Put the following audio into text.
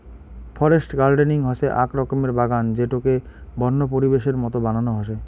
forest gardening হসে আক রকমের বাগান যেটোকে বন্য পরিবেশের মত বানানো হসে